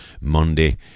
Monday